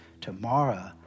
tomorrow